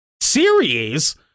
series